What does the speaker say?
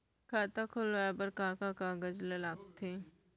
खाता खोलवाये बर का का कागज ल लगथे?